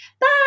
Bye